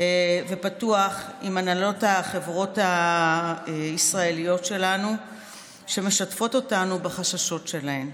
ופתוח עם הנהלות החברות הישראליות שלנו שמשתפות אותנו בחששות שלהן.